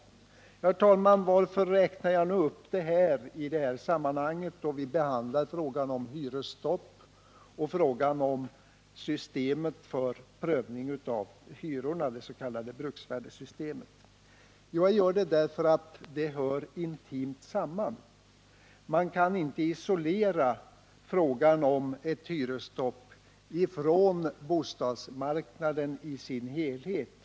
Herr talman! Varför räknar jag då upp allt detta, när vi behandlar frågan om hyresstopp och frågan om ett system för prövning av hyrorna, det s.k. bruksvärdessystemet? Jag gör det därför att dessa ting hör intimt samman. Man kan inte isolera frågan om ett hyresstopp från debatten om bostadsmarknaden i sin helhet.